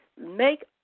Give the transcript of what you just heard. Make